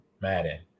Madden